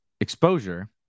exposure